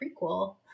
prequel